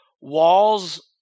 Walls